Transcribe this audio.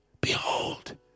behold